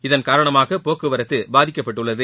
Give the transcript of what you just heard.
இதன்காரணமாக போக்குவரத்து பாதிக்கப்பட்டுள்ளது